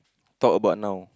talk about now